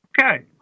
Okay